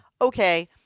Okay